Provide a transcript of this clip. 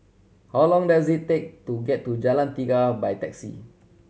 how long does it take to get to Jalan Tiga by taxi